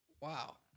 wow